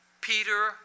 Peter